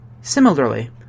Similarly